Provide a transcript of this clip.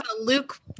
Luke